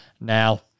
Now